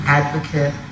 advocate